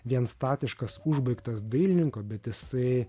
vien statiškas užbaigtas dailininko bet jisai